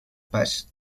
pas